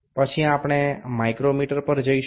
তারপরে আমরা মাইক্রোমিটার এ চলে যাব